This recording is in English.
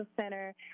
Center